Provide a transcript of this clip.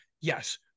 yes